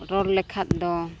ᱨᱚᱲ ᱞᱮᱠᱷᱟᱡ ᱫᱚ